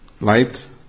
light